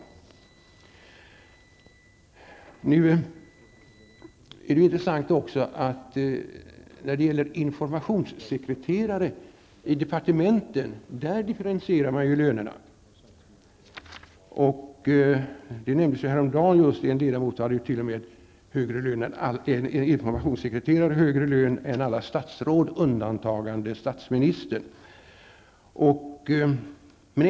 Det är också intressant att lönerna för informationssekreterare i departementen är differentierade. Det nämndes häromdagen att en informationssekreterare t.o.m. hade högre lön än alla statsråd undantagandes statsministern.